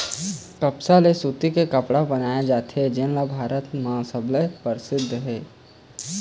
कपसा ले सूती के कपड़ा बनाए जाथे जेन ह भारत म सबले परसिद्ध हे